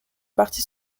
parti